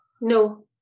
No